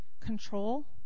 Control